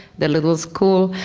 the little school,